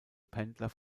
pendler